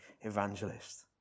evangelist